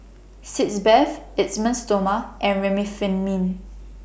Sitz Bath Esteem Stoma and Remifemin